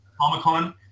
comic-con